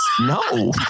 No